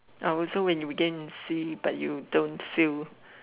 uh so when you get in sea but you don't sail